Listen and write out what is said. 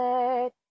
Let